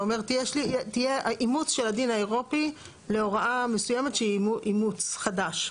אתה אומר תהיה אימוץ של הדין האירופי להוראה מסוימת שהיא אימוץ חדש.